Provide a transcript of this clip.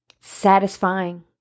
Satisfying